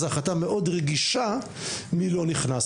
זה החלטה מאוד רגישה מי לא נכנס.